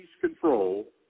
control